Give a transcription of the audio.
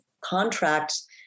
contracts